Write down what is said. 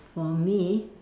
for me